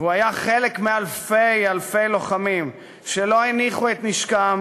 הוא היה חלק מאלפי אלפי לוחמים שלא הניחו את נשקם